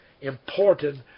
important